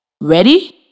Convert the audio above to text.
Ready